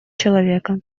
человека